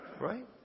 right